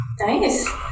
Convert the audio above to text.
Nice